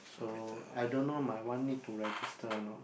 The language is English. so I don't know my one need to register a not